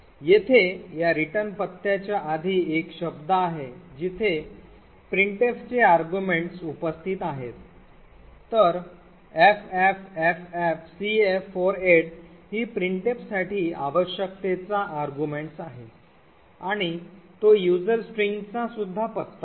येथे या रिटर्न पत्त्याच्या आधी एक शब्द आहे जिथे printf चे arguments उपस्थित आहेत तर ffffcf48 ही printf साठी आवश्यकतेचा arguments आहे आणि तो user string चा सुद्धा पत्ता आहे